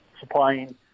supplying